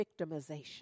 victimization